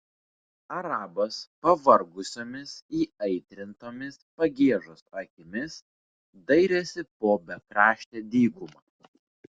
arabas pavargusiomis įaitrintomis pagiežos akimis dairėsi po bekraštę dykumą